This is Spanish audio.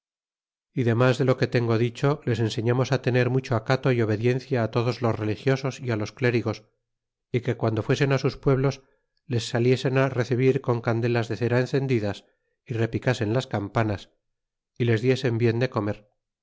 y demas de lo que dicho tengo les enseñamos á tener mucho acato y obediencia á todos los religiosos y a los clérigos y que guando fuesen á sus pueblos les saliesen á recebir con candelas de cera encendidas y repicasen las campanas y les diesen bien de comer